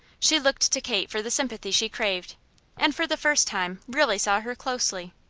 she looked to kate for the sympathy she craved and for the first time really saw her closely.